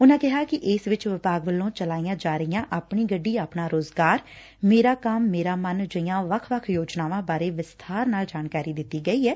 ਉਨੂਾ ਕਿਹਾ ਕਿ ਇਸ ਵਿਚ ਵਿਭਾਗ ਵਲੋਂ ਚਲਾਈਆਂ ਜਾ ਰਹੀਆਂ ਆਪਣੀ ਗੱਡੀ ਆਪਣਾ ਰੁਜ਼ਗਾਰ ਮੇਰਾ ਕਾਮ ਮੇਰਾ ਮਨ ਜਹੀਆਂ ਵੱਖ ਵੱਖ ਯੋਜਨਾਵਾਂ ਬਾਰੇ ਵਿਸਥਾਰ ਨਾਲ ਜਾਣਕਾਰੀ ਦਿੱਤੀ ਗਈ ਐ